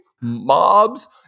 mobs